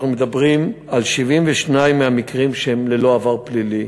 אנחנו מדברים על 72 מהמקרים שהם ללא עבר פלילי.